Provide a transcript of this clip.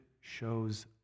shows